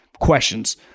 questions